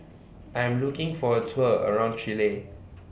I Am looking For A Tour around Chile